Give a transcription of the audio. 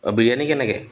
অঁ বিৰিয়ানী কেনেকৈ